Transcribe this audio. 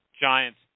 Giants